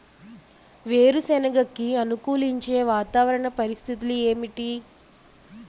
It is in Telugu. వేరుసెనగ కి అనుకూలించే వాతావరణ పరిస్థితులు ఏమిటి?